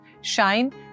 shine